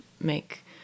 make